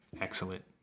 excellent